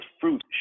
fruit